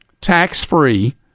tax-free